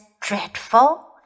dreadful